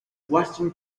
western